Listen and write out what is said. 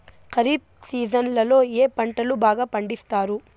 ఖరీఫ్ సీజన్లలో ఏ పంటలు బాగా పండిస్తారు